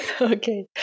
Okay